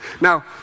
Now